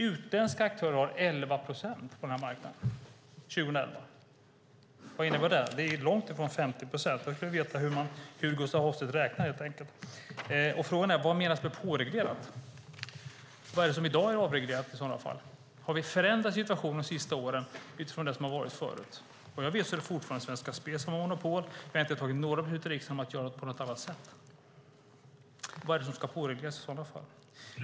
Utländska aktörer har 11 procent av marknaden 2011. Vad innebär det? Det är långtifrån 50 procent. Jag skulle vilja veta hur Gustaf Hoffstedt räknar. Vad menas med påreglerat? Vad är det i så fall som är avreglerat i dag? Har vi förändrat situationen under de senaste åren? Vad jag vet har Svenska Spel fortfarande monopol. Riksdagen har inte fattat några beslut om att göra på annat sätt. Vad är det som ska påregleras?